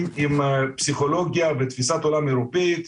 עם פסיכולוגיה ותפיסת עולם אירופאית,